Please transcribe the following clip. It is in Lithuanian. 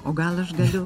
o gal aš galiu